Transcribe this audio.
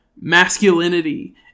Masculinity